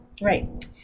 Right